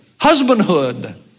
husbandhood